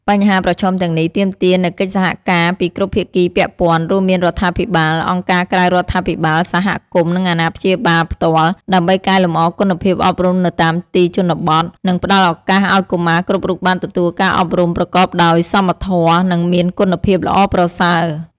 បញ្ហាប្រឈមទាំងនេះទាមទារនូវកិច្ចសហការពីគ្រប់ភាគីពាក់ព័ន្ធ រួមមានរដ្ឋាភិបាល អង្គការក្រៅរដ្ឋាភិបាល សហគមន៍ និងអាណាព្យាបាលផ្ទាល់ ដើម្បីកែលម្អគុណភាពអប់រំនៅតាមទីជនបទ និងផ្តល់ឱកាសឲ្យកុមារគ្រប់រូបបានទទួលការអប់រំប្រកបដោយសមធម៌ និងមានគុណភាពល្អប្រសើរ។